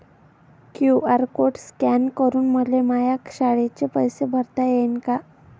QR code scan करून मले माया शाळेचे पैसे भरता येईन का?